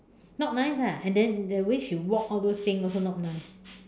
not nice ah and then the way she walk all those thing also not nice